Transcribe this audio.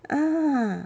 ah